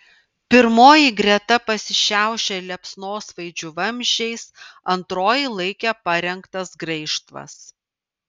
pirmoji greta pasišiaušė liepsnosvaidžių vamzdžiais antroji laikė parengtas graižtvas